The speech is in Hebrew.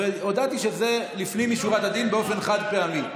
והודעתי שזה לפנים משורת הדין באופן חד-פעמי.